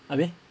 habis